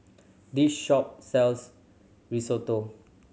this shop sells Risotto